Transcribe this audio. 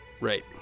right